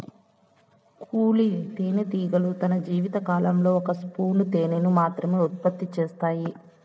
కూలీ తేనెటీగలు తన జీవిత కాలంలో ఒక స్పూను తేనెను మాత్రమె ఉత్పత్తి చేత్తాయి